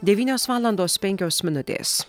devynios valandos penkios minutės